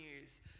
news